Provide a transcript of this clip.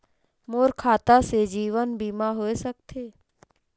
मोर खाता से जीवन बीमा होए सकथे?